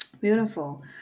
Beautiful